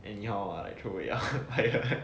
anyhow uh like throw away ah